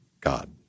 God